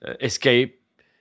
escape